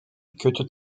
kötü